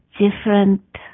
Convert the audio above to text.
different